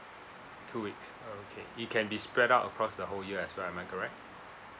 two weeks okay it can be spread out across the whole year as well am I correct